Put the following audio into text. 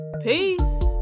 Peace